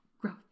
Growth